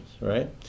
right